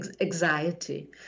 anxiety